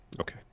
Okay